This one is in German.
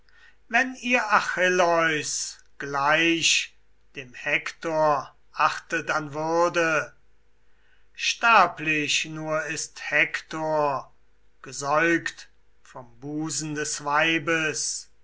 wenn ihr achilleus gleich dem hektor achtet an würde sterblich nur ist hektor gesäugt vom busen des weibes